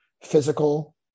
physical